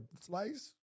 slice